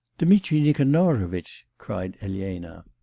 dmitri nikanorovitch cried elena.